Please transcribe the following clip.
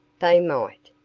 they might,